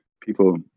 People